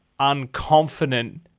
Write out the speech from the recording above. unconfident